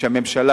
שהממשלה,